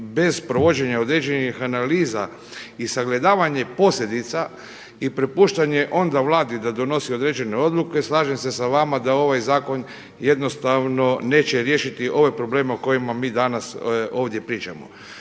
bez provođenja određenih analiza i sagledavanje posljedica i prepuštanje onda vladi da donosi određene odluke slažem se sa vama da ovaj zakon jednostavno neće riješiti ove probleme o kojima mi danas ovdje pričamo.